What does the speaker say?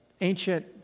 ancient